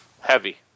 heavy